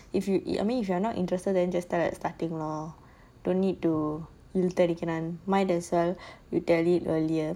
if you I mean if you are not interested then just tell at starting lor don't need to இழுத்தடிக்குறான்:iluthadikuran mind yourself to tell him earlier